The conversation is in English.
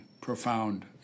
profound